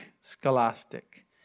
scholastic